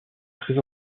très